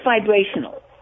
vibrational